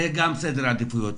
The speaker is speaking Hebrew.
זה גם סדר עדיפויות.